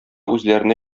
үзләренә